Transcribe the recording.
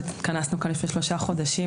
התכנסו כאן לפני כשלושה חודשים,